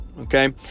Okay